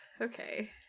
Okay